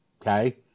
okay